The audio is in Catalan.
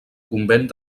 convent